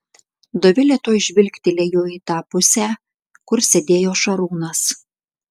dovilė tuoj žvilgtelėjo į tą pusę kur sėdėjo šarūnas